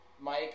Mike